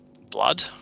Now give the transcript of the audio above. blood